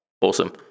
awesome